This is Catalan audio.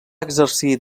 exercir